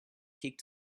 kicked